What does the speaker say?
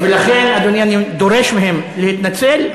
לכן, אדוני, אני דורש מהם להתנצל.